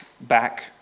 back